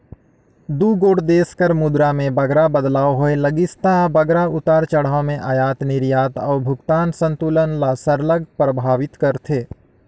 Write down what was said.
दुगोट देस कर मुद्रा में बगरा बदलाव होए लगिस ता बगरा उतार चढ़ाव में अयात निरयात अउ भुगतान संतुलन ल सरलग परभावित करथे